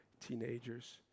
teenagers